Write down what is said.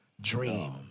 dream